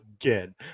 Again